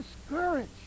discouraged